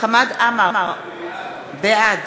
חמד עמאר, בעד